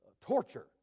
torture